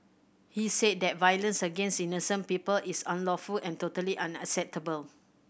he said that violence against innocent people is unlawful and totally unacceptable